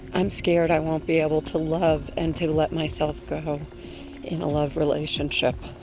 i'm scared i won't be able to love and to to let myself go in a love relationship.